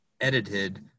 edited